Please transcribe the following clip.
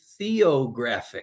theographic